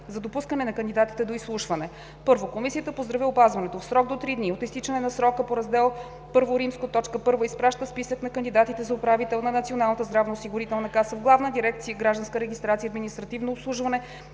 за допускане на кандидатите до изслушване 1. Комисията по здравеопазването, в срок до 3 дни от изтичане на срока по Раздел I, т. 1, изпраща списък на кандидатите за управител на Националната здравноосигурителна каса в Главна дирекция „Гражданска регистрация и административно обслужване“